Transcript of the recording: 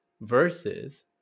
versus